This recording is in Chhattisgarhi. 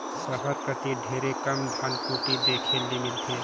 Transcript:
सहर कती ढेरे कम धनकुट्टी देखे ले मिलथे